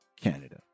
Canada